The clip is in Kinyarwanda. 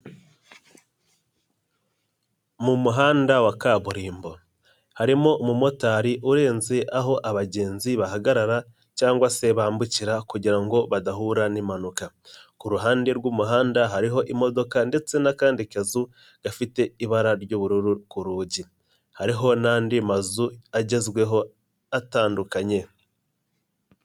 Mu muhanda wa kaburimbo, harimo umumotari urenze aho abagenzi bahagarara cyangwa se bambukira kugira ngo badahura n'impanuka, ku ruhande rw'umuhanda hariho imodoka ndetse n'akandi kazu gafite ibara ry'ubururu ku rugi, hariho n'andi mazu agezweho atandukanye.